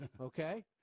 Okay